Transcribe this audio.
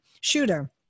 shooter